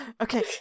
Okay